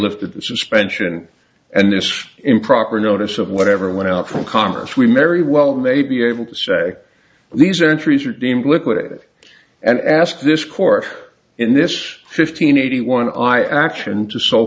lifted the suspension and this improper notice of whatever went out from congress we mary well may be able to say these are entries are deemed liquid and ask this court in this fifteen eighty one i action to so